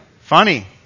Funny